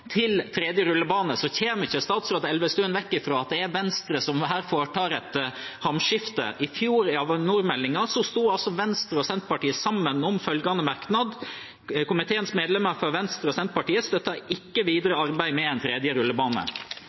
en tredje rullebane, kommer ikke statsråd Elvestuen bort fra at det er Venstre som her foretar et hamskifte. I fjor, i forbindelse med Avinor-meldingen, sto Venstre og Senterpartiet sammen om følgende merknad: «Komiteens medlemmer fra Senterpartiet og Venstre støtter ikke videre arbeid med en tredje rullebane